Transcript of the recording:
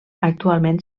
actualment